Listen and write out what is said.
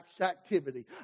activity